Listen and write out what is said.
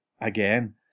again